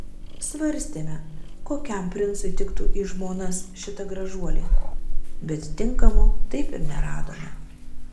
svarstėme kokiam princui tiktų į žmonas šita gražuolė bet tinkamo taip ir neradome